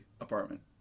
apartment